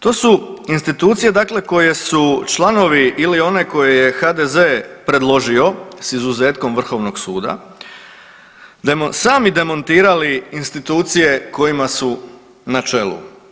To su institucije, dakle koje su članovi ili one koje je HDZ predložio sa izuzetkom Vrhovnog suda, sami demontirali institucije kojima su na čelu.